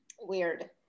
Weird